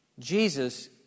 Jesus